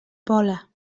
pola